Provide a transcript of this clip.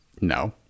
No